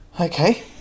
okay